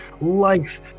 life